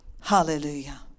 Hallelujah